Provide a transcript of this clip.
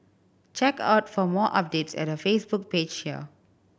check out for more updates at her Facebook page here